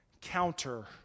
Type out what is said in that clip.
counter